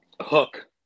Hook